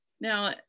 Now